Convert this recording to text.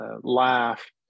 laugh